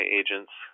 agents